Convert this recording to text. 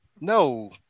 No